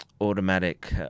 automatic